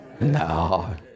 No